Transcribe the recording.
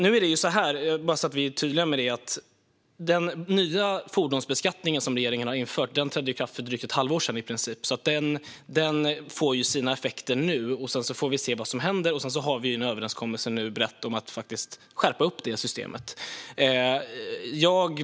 Vi ska vara tydliga med att den nya fordonsbeskattning som regeringen har infört trädde i kraft för drygt ett halvår sedan. Den får alltså sina effekter nu, och sedan får vi se vad som händer. Vi har en bred överenskommelse om att skärpa systemet.